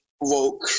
woke